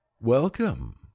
Welcome